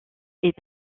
est